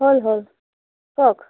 হ'ল হ'ল কওক